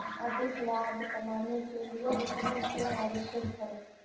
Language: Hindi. अधिक लाभ कमाने के लिए विपणन क्यो आवश्यक है?